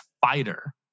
fighter